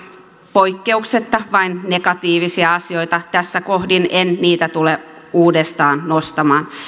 poikkeuksetta vain negatiivisia asioita tässä kohdin en niitä tule uudestaan nostamaan